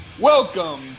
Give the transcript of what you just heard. Welcome